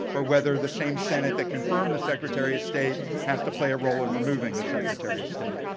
or whether the same senate that confirmed the secretary of state has to play a role in removing the secretary of state.